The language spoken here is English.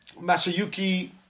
Masayuki